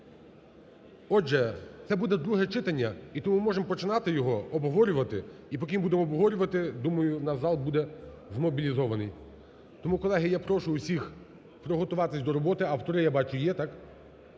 Отже, це буде друге читання, тому ми можемо починати його обговорювати, і поки будемо обговорювати, думаю, наш зал буде змобілізований. Тому, колеги, я прошу всіх приготуватися до роботи. Автори, я бачу, є, так?